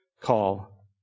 call